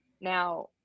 Now